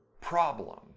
problem